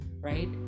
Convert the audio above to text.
right